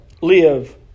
live